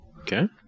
Okay